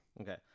Okay